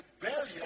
rebellion